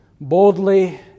boldly